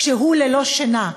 כשהוא ללא שינה,